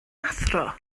athro